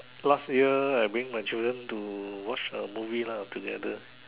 last year I bring my children to watch a movie lah together